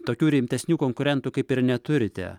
tokių rimtesnių konkurentų kaip ir neturite